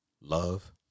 love